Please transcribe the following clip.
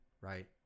right